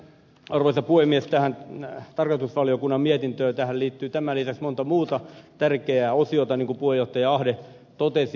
mutta arvoisa puhemies tähän tarkastusvaliokunnan mietintöön liittyy tämän lisäksi monta muuta tärkeää osiota niin kuin puheenjohtaja ahde totesi